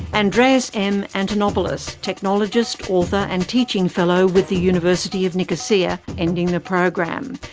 andreas m antonopoulos, technologist, author and teaching fellow with the university of nicosia, ending the program.